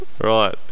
Right